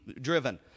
driven